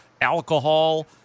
alcohol